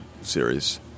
series